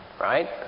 Right